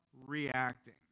reacting